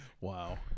Wow